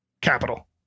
capital